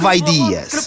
ideas